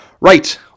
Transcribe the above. Right